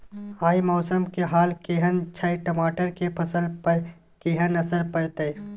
आय मौसम के हाल केहन छै टमाटर के फसल पर केहन असर परतै?